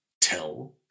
tell